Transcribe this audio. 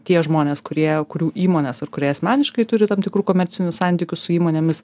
tie žmonės kurie kurių įmonės ar kurie asmeniškai turi tam tikrų komercinių santykių su įmonėmis